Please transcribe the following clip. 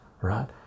right